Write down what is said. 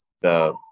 the-